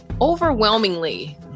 Overwhelmingly